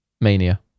Mania